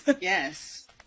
Yes